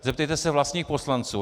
Zeptejte se vlastních poslanců.